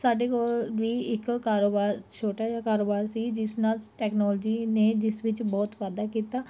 ਸਾਡੇ ਕੋਲ ਵੀ ਇੱਕ ਕਾਰੋਬਾਰ ਛੋਟਾ ਜਿਹਾ ਕਾਰੋਬਾਰ ਸੀ ਜਿਸ ਨਾਲ ਟੈਕਨੋਲੋਜੀ ਨੇ ਜਿਸ ਵਿੱਚ ਬਹੁਤ ਵਾਧਾ ਕੀਤਾ